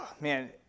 man